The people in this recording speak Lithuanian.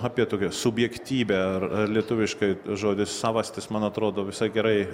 apie tokią subjektyvią ar lietuviškai žodis savastis man atrodo visai gerai